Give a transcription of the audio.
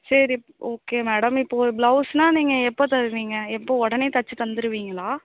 சரி okay madam இப்போ ஒரு ப்ளௌஸ்ன்னா நீங்கள் எப்போ தருவீங்க எப்போ உடனே தைச்சு தந்துருவீங்களா